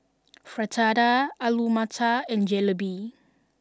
Fritada Alu Matar and Jalebi